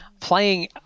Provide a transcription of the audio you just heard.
playing